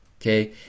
okay